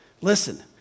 listen